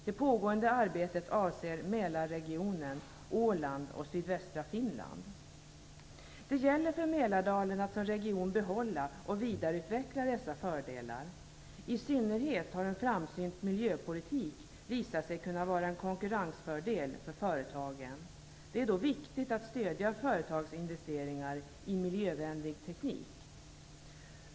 Det pågående arbetet avser Mälarregionen, Åland och sydvästra Det gäller för Mälardalen att som region behålla och vidareutveckla dessa fördelar. I synnerhet har en framsynt miljöpolitik visat sig kunna vara en konkurrensfördel för företagen. Det är då viktigt att stödja företagsinvesteringar i miljövänlig teknik.